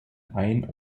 ein